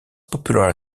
popular